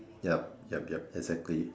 yup yup yup exactly